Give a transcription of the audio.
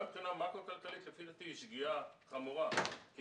גם מבחינה מקרו-כלכלית לפי דעתי זאת שגיאה חמורה כי